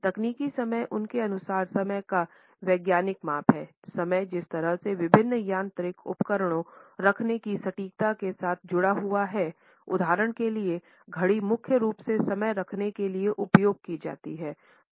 तकनीकी समय उनके अनुसार समय का वैज्ञानिक माप है समय जिस तरह से विभिन्न यांत्रिक उपकरणों रखने की सटीकता के साथ जुड़ा हुआ है उदाहरण के लिए घड़ी मुख्य रूप से समय रखने के लिए उपयोग की जाती हैं